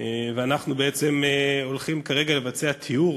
אמוניה מיוצרת מגז טבעי.